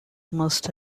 must